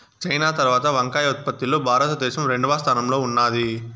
China తరవాత వంకాయ ఉత్పత్తి లో భారత దేశం రెండవ స్థానం లో ఉన్నాది